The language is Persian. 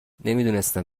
نمیدونستم